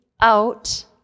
out